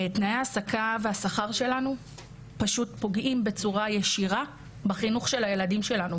תנאי ההעסקה והשכר שלנו פשוט פוגעים בצורה ישירה בחינוך של הילדים שלנו